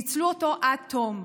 ניצלו אותו עד תום.